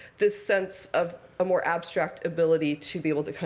this sense of a more abstract ability to be able to, kind